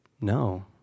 no